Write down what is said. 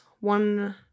one